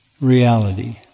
reality